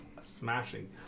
Smashing